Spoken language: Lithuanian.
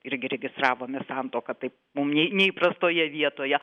irgi registravome santuoką taip mum ne neįprastoje vietoje